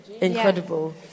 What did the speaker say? Incredible